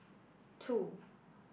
two